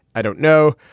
i don't know.